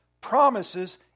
promises